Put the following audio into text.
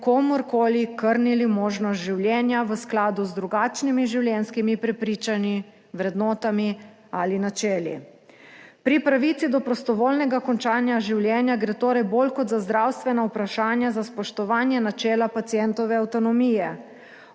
komurkoli krnili možnost življenja v skladu z drugačnimi življenjskimi prepričanji, vrednotami ali načeli. Pri pravici do prostovoljnega končanja življenja gre torej bolj kot za zdravstveno vprašanja za spoštovanje načela pacientove avtonomije.